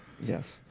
Yes